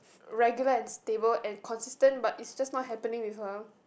regular and stable and consistent but it's just not happening with her